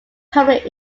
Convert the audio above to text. permanent